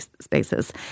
spaces